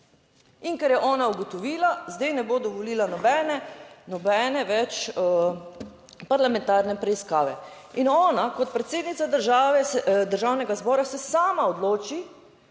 In ker je ona ugotovila, zdaj ne bo dovolila nobene več parlamentarne preiskave. In ona kot predsednica države, Državnega zbora se sama odloči,